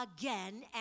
again